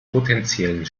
potenziellen